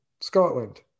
scotland